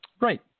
right